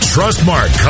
Trustmark